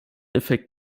effekt